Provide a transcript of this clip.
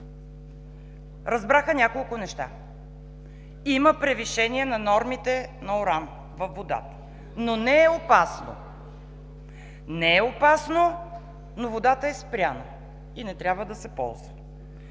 Разбраха няколко неща: има превишение на нормите на уран във водата, но не е опасно. Не е опасно, но водата е спряна и не трябва да се ползва.